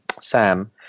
Sam